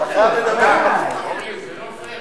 לא פייר.